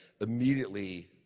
immediately